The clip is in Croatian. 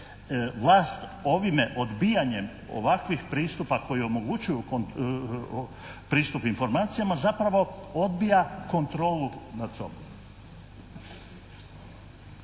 vlast ovime odbijanjem ovakvih pristupa koji omogućuju pristup informacijama zapravo odbija kontrolu nad sobom.